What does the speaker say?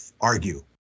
argue